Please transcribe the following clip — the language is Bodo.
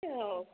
औ